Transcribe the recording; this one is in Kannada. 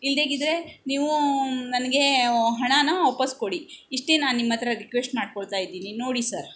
ಇಲ್ದೆಯಿದ್ರೆ ನೀವು ನನಗೆ ಹಣನ ವಾಪಸ್ಸು ಕೊಡಿ ಇಷ್ಟೆ ನಾ ನಿಮ್ಮತ್ತಿರ ರಿಕ್ವೆಶ್ಟ್ ಮಾಡಿಕೊಳ್ತ ಇದ್ದೀನಿ ನೋಡಿ ಸರ್